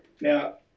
Now